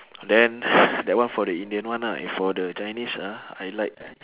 then that one for the indian one lah if for the chinese ah I like